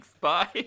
bye